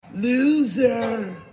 Loser